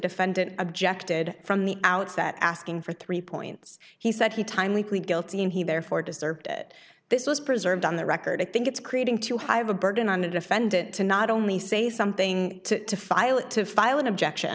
defendant objected from the outset asking for three points he said he timely plead guilty and he therefore deserved it this was preserved on the record i think it's creating too high a burden on the defendant to not only say something to file it to file an objection